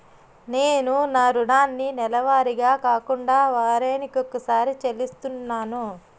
నేను నా రుణాన్ని నెలవారీగా కాకుండా వారాని కొక్కసారి చెల్లిస్తున్నాను